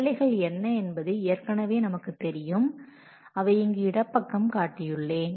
வேலைகள் என்ன என்பது ஏற்கனவே நமக்கு தெரியும் அதை இங்கு இடப்பக்கம் காட்டியுள்ளேன